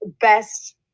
best